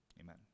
amen